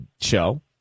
show